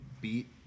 beat